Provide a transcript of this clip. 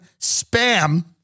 Spam